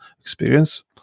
experience